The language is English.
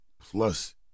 plus